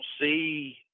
see